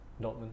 Dortmund